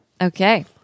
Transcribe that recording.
Okay